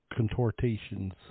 contortations